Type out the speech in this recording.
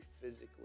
physically